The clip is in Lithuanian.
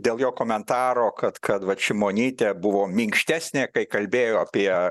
dėl jo komentaro kad kad vat šimonytė buvo minkštesnė kai kalbėjo apie